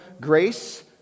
grace